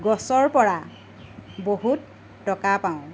গছৰ পৰা বহুত টকা পাওঁ